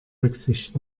rücksicht